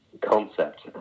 concept